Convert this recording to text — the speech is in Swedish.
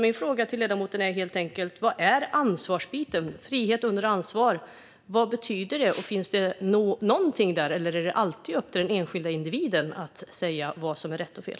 Mina frågor till ledamoten gäller helt enkelt ansvarsbiten. Vad betyder frihet under ansvar, och är det alltid upp till den enskilda individen att säga vad som är rätt och fel?